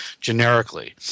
generically